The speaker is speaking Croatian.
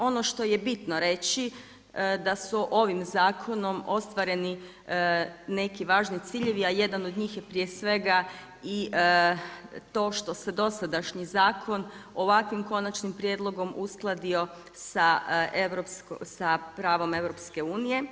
Ono što je bitno reći da su ovim zakonom ostvareni neki važni ciljevi a jedan od njih je prije svega i to što se dosadašnji zakon ovakvim konačnim prijedlogom uskladio sa pravom EU.